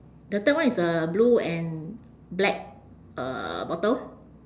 the third one is a blue and black uh bottle